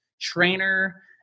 trainer